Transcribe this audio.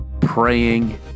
praying